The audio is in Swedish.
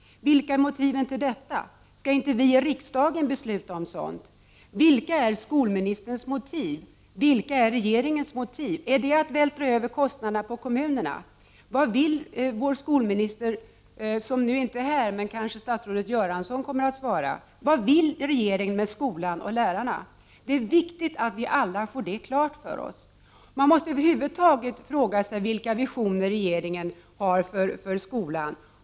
Vilka är motiven till detta? Skall inte vi i riksdagen besluta om sådant? Vilka är skolministerns motiv? Vilka är regeringens motiv? Är det att vältra över kostnader på kommunerna? Vad vill regeringen med skolan och lärarna? Det är viktigt att vi alla får det klart för oss. Skolministern är inte närvarande i kammaren, men kanske statsrådet Göransson kommer att svara på den frågan. Man måste över huvud taget fråga sig vilka visioner regeringen har för skolan?